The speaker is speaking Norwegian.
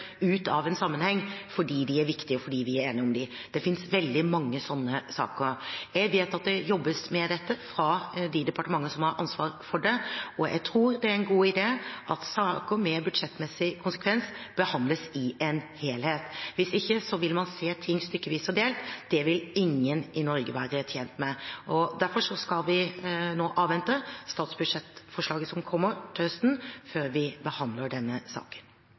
ut av en sammenheng fordi de er viktige og fordi vi er enige om dem. Det finnes veldig mange slike saker. Jeg vet at det jobbes med dette i de departementene som har ansvar for det. Jeg tror det er en god idé at saker med budsjettmessig konsekvens behandles i en helhet – hvis ikke vil man se ting stykkevis og delt. Det vil ingen i Norge være tjent med. Derfor skal vi nå avvente statsbudsjettforslaget som kommer til høsten, før vi behandler denne saken.